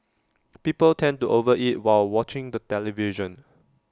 people tend to over eat while watching the television